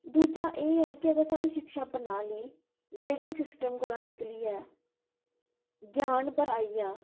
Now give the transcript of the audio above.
दूजा एह् ऐ की साढ़ी जेह्ड़ी शिक्षा प्रणाली ग्रेडिंग सिस्टम चा निकलियै ज्ञान उप्पर आई जा